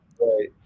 right